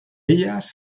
ellas